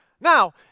Now